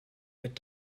wird